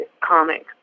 comics